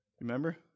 Remember